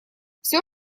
все